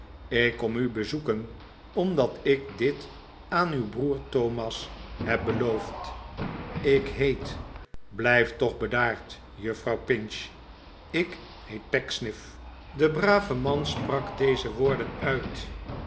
ik kom u bezoeken omdat ik dit aan uw broer thomas heb beloofd ik heet blijf toch bedaard juffrouw pinch ik heet pecksniff de brave man sprak deze woorden uit